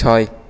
ছয়